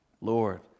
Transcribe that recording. Lord